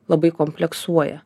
labai kompleksuoja